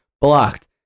blocked